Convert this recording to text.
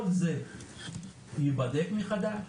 כל זה ייבדק מחדש?